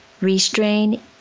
restrain